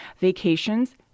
Vacations